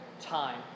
time